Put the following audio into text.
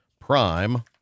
Prime